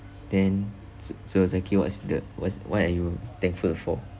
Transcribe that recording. then so zaki what's the what's what are you thankful for